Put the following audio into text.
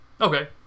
Okay